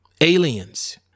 aliens